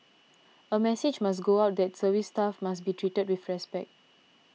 a message must go out that service staff must be treated with respect